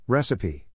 Recipe